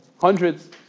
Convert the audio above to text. hundreds